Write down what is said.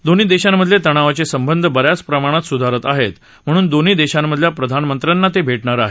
दोन्ही देशांमधले तणावाचे संबंध बऱ्याच प्रमाणात स्धारत आहेत म्हणून दोन्ही देशांमधल्या प्रधानमंत्र्यांना ते भेटणार आहेत